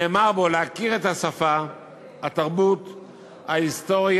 נאמר בו: להכיר את השפה, התרבות, ההיסטוריה,